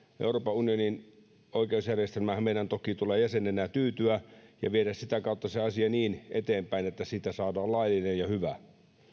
euroopan unionin oikeusjärjestelmäänhän meidän toki tulee jäsenenä tyytyä ja viedä sitä kautta asiaa eteenpäin niin että siitä saadaan laillinen ja hyvä